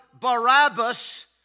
Barabbas